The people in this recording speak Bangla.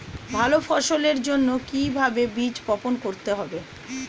ভালো ফসলের জন্য কিভাবে বীজ বপন করতে হবে?